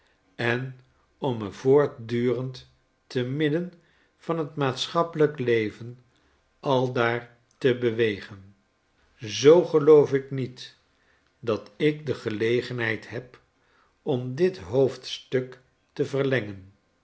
en om me voortdurend te midden van t maatschappelijk le ven a daar te bewegen zoo geloof ik niet dat ik de gelegenheid heb om dit hoofstuk te verlengen